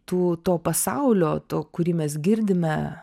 tų to pasaulio to kurį mes girdime